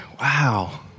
wow